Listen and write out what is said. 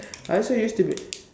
I also used to be